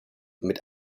mit